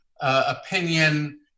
opinion